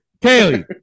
Kaylee